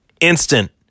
Instant